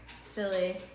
silly